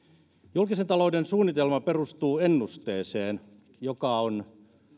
julkisen talouden suunnitelma perustuu ennusteeseen joka on